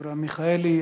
אברהם מיכאלי.